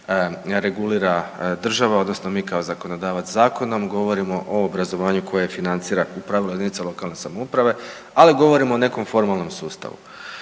regulira država odnosno mi kao zakonodavac zakonom, govorimo o obrazovanju koje financira u pravilu jedinica lokalne samouprave, ali govorimo o nekom formalnom sustavu.